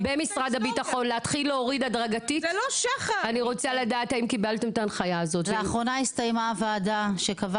ולשוויון מגדרי): << יור >> האם קיבלתם הנחיה מהוועדה שהוקמה